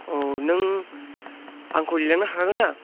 औ नों आंखौ दैलांनो हागोन दा